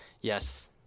yes –